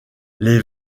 les